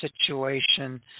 situation